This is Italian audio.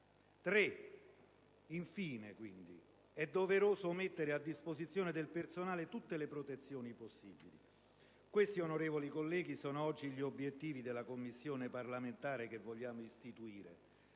ovviamente, è doveroso mettere a disposizione del personale tutte le protezioni possibili. Questi, onorevoli colleghi, sono oggi gli obiettivi della Commissione parlamentare che vogliamo istituire.